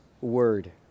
word